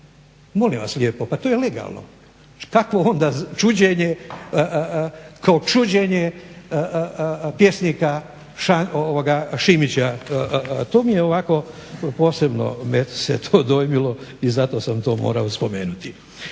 Molim vas lijepo pa to je legalno. Kakvo onda čuđenje kao čuđenje pjesnika Šimića. To me se posebno dojmilo i zato sam to morao spomenuti.